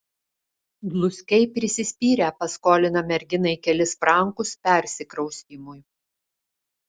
dluskiai prisispyrę paskolina merginai kelis frankus persikraustymui